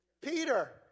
Peter